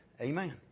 Amen